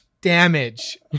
damage